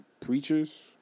preachers